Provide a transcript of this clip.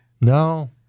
No